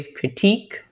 critique